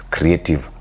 Creative